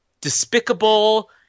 despicable